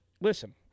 Listen